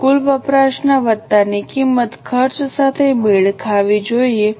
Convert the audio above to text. હવે કુલ વપરાશના વત્તાની કિંમત ખર્ચ સાથે મેળ ખાવી જોઈએ